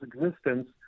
existence